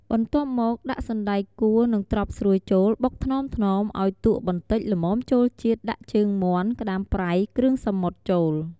បន្ទាប់មក ដាក់សណ្ដែកកួរនិងត្រប់ស្រួយចូលបុកថ្នមៗឲ្យទក់បន្តិចល្មមចូលជាតិដាក់ជើងមាន់ ក្ដាមប្រៃ គ្រឿងសមុទ្រចូល។